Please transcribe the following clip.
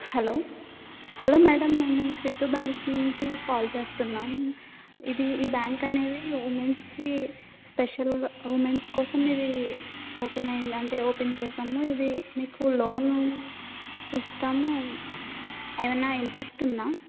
hello hello madam మేము Siddhu bank నుంచి call చేస్తున్నాం ఇది ఈ బ్యాంక్ అనేది ఉమెన్స్కి స్పెషల్గా ఉమెన్స్ కోసం ఇదీ ఓపెన్ అయ్యింది అంటే ఓపెన్ చేసాము ఇది మీకు లోను ఇస్తాము ఏమైనా ఇంట్రస్ట్ ఉందా